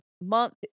month